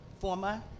former